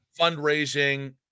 fundraising